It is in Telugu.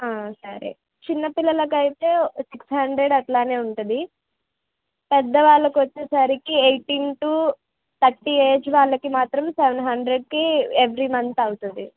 ఆ సరే చిన్నపిల్లలకి అయితే సిక్స్ హండ్రెడ్ అలానే ఉంటుంది పెద్ద వాళ్ళకి వచ్చేసరికి ఎయిటీన్ టు థర్టీ ఏజ్ వాళ్ళకి మాత్రం సెవెన్ హండ్రెడ్కి ఎవెరి మంత్ అవుతుంది